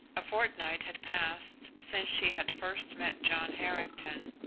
a fortnight had passed since she had first met john harrington,